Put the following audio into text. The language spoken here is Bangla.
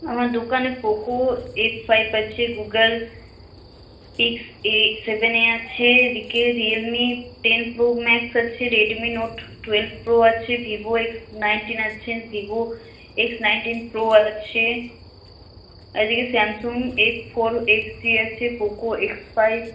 আমার দোকানে পোকো এক্স ফাইভ আছে Google six A seven A আছে এদিকে Realme ten pro max আছে রেডমি নোট টুয়েলভ প্রো আছে ভিভো এক্স নাইন্টিন আছে ভিভো এক্স নাইন্টিন প্রো আছে আর এদিকে Samsung F four F three আছে পোকো এক্স ফাইভ